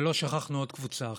ולא שכחנו עוד קבוצה אחת: